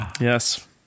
yes